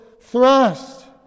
thrust